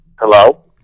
Hello